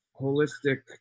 holistic